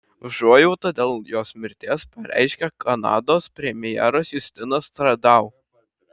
užuojautą dėl jos mirties pareiškė kanados premjeras justinas trudeau